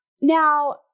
Now